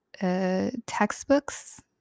textbooks